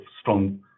strong